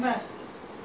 sleepy lah he